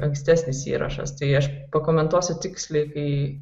ankstesnis įrašas tai aš pakomentuosiu tiksliai kai